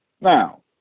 Now